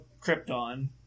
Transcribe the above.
Krypton